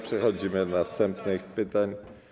Przechodzimy do następnych pytań.